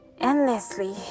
endlessly